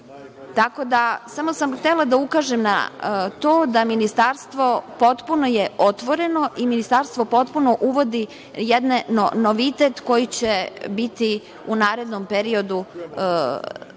da, samo sam htela da ukažem da to da Ministarstvo potpuno je otvoreno i Ministarstvo potpuno uvodi jedan novitet kojim će biti u narednom periodu